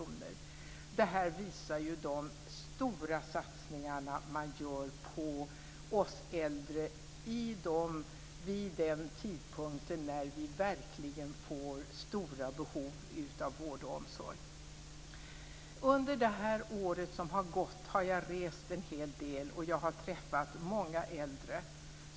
Det visar de stora satsningar som görs på oss äldre vid den tidpunkt när vi verkligen får stora behov av vård och omsorg. Under det år som har gått har jag rest en hel del, och jag har träffat många äldre.